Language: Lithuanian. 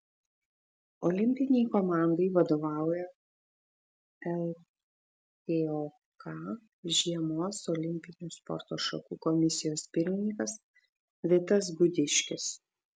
olimpinei komandai vadovauja ltok žiemos olimpinių sporto šakų komisijos pirmininkas vitas gudiškis